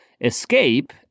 escape